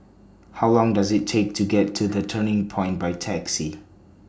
How Long Does IT Take to get to The Turning Point By Taxi